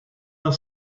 were